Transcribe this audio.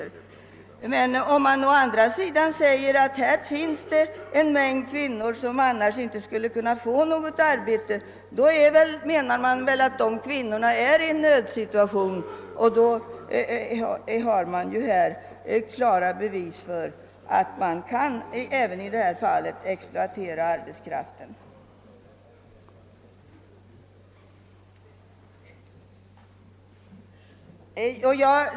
Men när man säger att en mängd kvinnor inte skulle få något arbete om inte dessa skrivbyråer fanns menar man väl att de befinner sig i en nödsituation? I så fall finns det ju klara bevis för att arbetskraften även i detta fall exploateras.